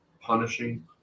punishing